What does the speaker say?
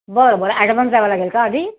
बरं बरं ॲडवान्स द्यावा लागेल का आधी